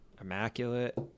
immaculate